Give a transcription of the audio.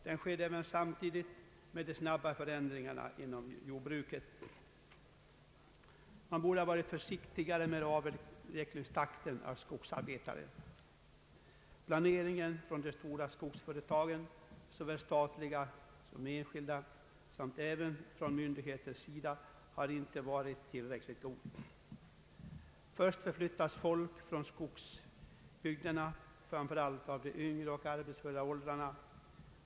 Den har även ägt rum samtidigt med de snabba förändringarna inom jordbruket. Man borde ha varit försiktigare med avvecklingstakten när det gäller skogsarbetare. Planeringen från de stora skogsföretagen, såväl statliga som enskilda, men även från myndigheterna har inte varit tillräckligt god. Först förflyttas folk från skogsbygderna — framför allt de yngre och arbetsföra åldrarna.